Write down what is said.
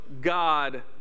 God